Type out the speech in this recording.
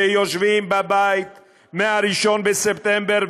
שיושבים בבית מ-1 בספטמבר,